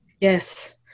Yes